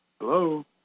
Hello